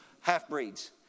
half-breeds